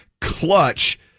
clutch